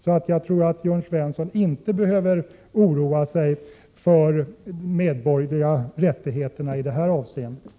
Jag tror inte att Jörn Svensson behöver oroa sig för de medborgerliga rättigheterna vid entreprenadlösningar.